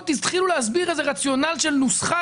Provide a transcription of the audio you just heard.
התחילו להסביר איזה רציונל של נוסחה,